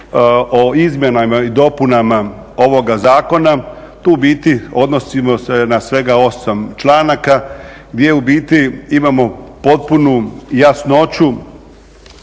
o izmjenama i dopunama ovoga zakona tu u biti odnosimo se na svega 8 članaka, gdje u biti imamo potpunu jasnoću